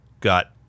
got